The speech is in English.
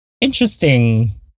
interesting